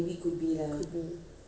studying from home is different